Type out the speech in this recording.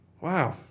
Wow